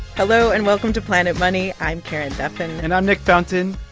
hello, and welcome to planet money. i'm karen duffin and i'm nick fountain.